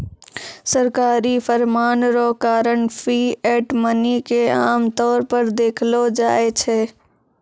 सरकारी फरमान रो कारण फिएट मनी के आमतौर पर देखलो जाय छै